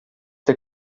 der